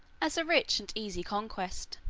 as a rich and easy conquest.